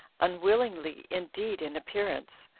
unwillingly indeed in appearance,